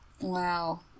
Wow